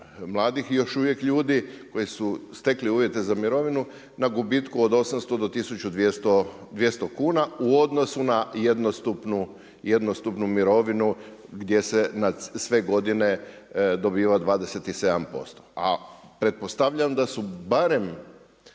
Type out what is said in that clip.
mladih još uvijek ljudi koji su stekli uvjeti za mirovinu na gubitku od 800 do 1200 kuna u odnosu na jednostupnu mirovinu gdje se na sve godine dobiva 27%. A pretpostavljam da su barem